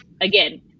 again